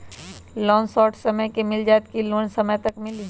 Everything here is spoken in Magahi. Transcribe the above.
लोन शॉर्ट समय मे मिल जाएत कि लोन समय तक मिली?